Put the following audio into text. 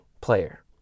player